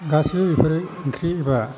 गासैबो बेफोरो ओंख्रि एबा